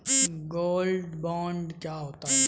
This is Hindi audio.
गोल्ड बॉन्ड क्या होता है?